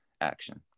action